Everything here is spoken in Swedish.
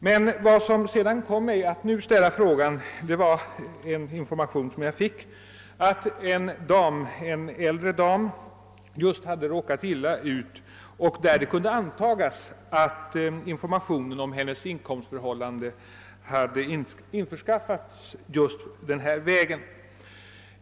Vad som föranledde mig att nu ställa min fråga var en uppgift som jag fick om att en äldre dam hade råkat illa ut, antagligen på grund av att informationen om hennes inkomstförhållanden hade införskaffats på den aktuella vägen.